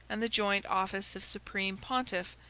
and the joint office of supreme pontiff,